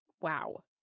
Wow